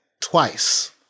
twice